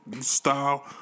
style